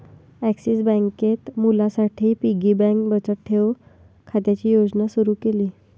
axis बँकेत मुलांसाठी piggy bank बचत ठेव खात्याची योजना सुरू केली